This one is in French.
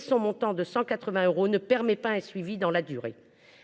son montant, de 180 euros, ne permet pas un suivi dans la durée.